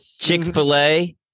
Chick-fil-A